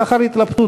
לאחר התלבטות,